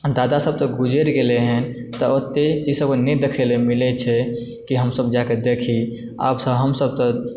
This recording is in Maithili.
दादासभ तऽ गुजरि गेलय हँ तऽ ओतय चीजसभ नहि दखयलऽ मिलैत छै कि हमसभ जाइके देखी आबसँ हमसभ तऽ